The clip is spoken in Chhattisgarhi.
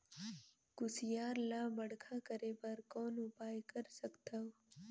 कुसियार ल बड़खा करे बर कौन उपाय कर सकथव?